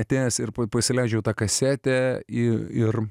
atėjęs ir pasileidžiu tą kasetę ir